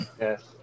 Yes